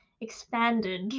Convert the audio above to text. expanded